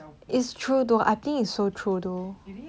it's true though